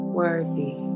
worthy